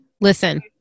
listen